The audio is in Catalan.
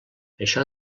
això